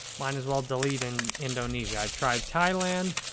might as well delete and indonesia. i tried thailand,